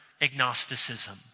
agnosticism